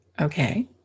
Okay